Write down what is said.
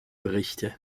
berichte